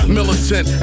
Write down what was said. Militant